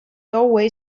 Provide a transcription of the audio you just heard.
doorway